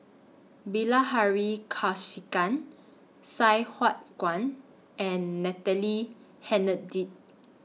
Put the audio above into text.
Bilahari Kausikan Sai Hua Kuan and Natalie Hennedige